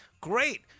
great